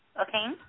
Okay